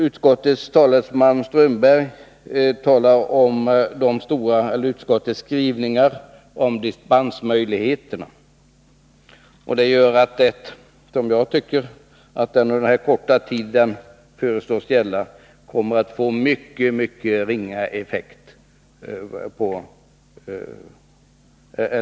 Utskottets talesman, Håkan Strömberg, talade om utskottets skrivningar om dispensmöjligheterna. Dessa gör att förbudet under den korta tid som det föreslås gälla kommer att få ringa effekt.